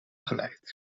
geleid